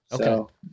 Okay